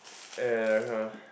and